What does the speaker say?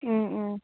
ꯎꯝ ꯎꯝ